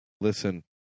listen